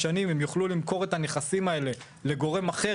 פעם.